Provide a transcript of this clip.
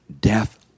death